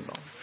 i